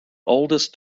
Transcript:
oldest